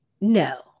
no